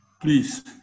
please